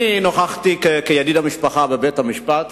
אני נכחתי כידיד המשפחה בבית-המשפט,